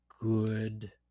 good